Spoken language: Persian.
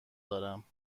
دارم